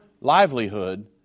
livelihood